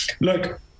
look